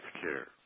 care